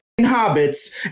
hobbits